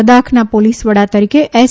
લદાખના પોલીસ વડા તરીકે એસ